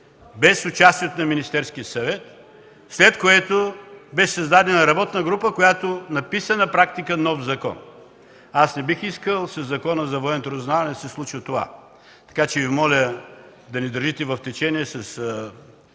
без участието на Министерския съвет, след което беше създадена работна група, която на практика написа нов закон. Не бих искал със Закона за военното разузнаване да се случи това. Така че моля Ви да ни държите в течение с